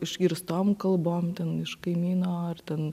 išgirstom kalbom ten iš kaimyno ar ten